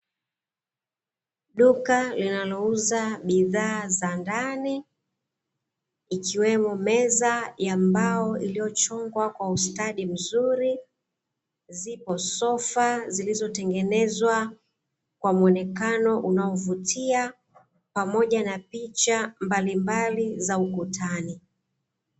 Duka linalouza bidhaa za ndani ikiwemo meza ya mbao iliyochongwa kwa ustadi mzuri, Zipo sofa zilizotengenezwa kwa mwonekano unaovutia pamoja na picha mbalimbali za ukutani.